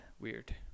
weird